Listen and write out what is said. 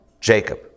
Jacob